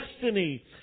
destiny